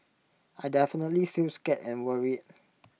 I definitely feel scared and worried